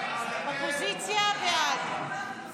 49 בעד, 56 נגד.